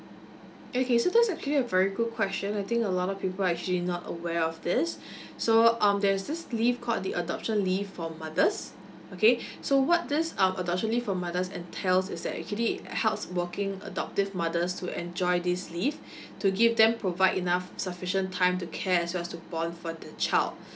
okay so that's actually a very good question I think a lot of people are actually not aware of this so um there's this leave called the adoption leave for mothers okay so what this uh adoption leave for mothers entails is that actually helps working adoptive mothers to enjoy this leave to give them provide enough sufficient time to care as well as to bond for the child